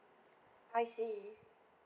I see